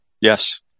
Yes